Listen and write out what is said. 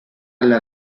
alla